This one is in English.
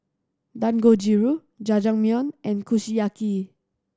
Dangojiru Jajangmyeon and Kushiyaki